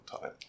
time